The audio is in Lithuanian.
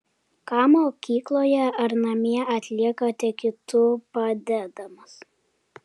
ką mokykloje ar namie atliekate kitų padedamas